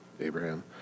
Abraham